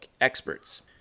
experts